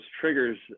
triggers